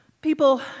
People